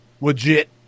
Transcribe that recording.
legit